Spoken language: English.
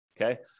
okay